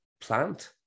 plant